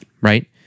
right